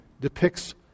depicts